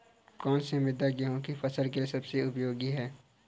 कौन सी मृदा गेहूँ की फसल के लिए सबसे उपयोगी है?